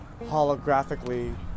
holographically